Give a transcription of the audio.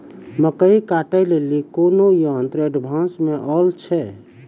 मकई कांटे ले ली कोनो यंत्र एडवांस मे अल छ?